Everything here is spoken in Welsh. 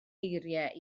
eiriau